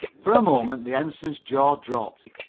for a moment the ensign's jaw dropped.